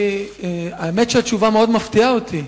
האמת שהתשובה מאוד מפתיעה אותי.